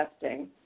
testing